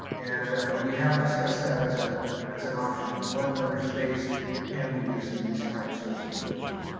and, but we have discussed that as ah as an option, what other space can be used in these types of situations.